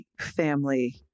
family